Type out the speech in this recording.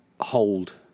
hold